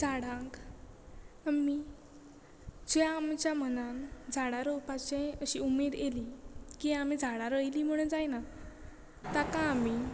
झाडांक आमी जे आमच्या मनान झाडां रोवपाचे अशी उमेद येली की आमी झाडां रोयली म्हणून जायना ताका आमी